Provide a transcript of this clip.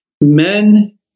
men